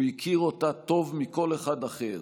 הוא הכיר אותה טוב מכל אחד אחר,